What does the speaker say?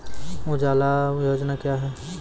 उजाला योजना क्या हैं?